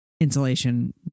insulation